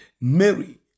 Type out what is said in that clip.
Mary